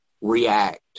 react